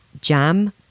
Jam